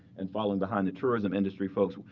and following behind the tourism industry folks,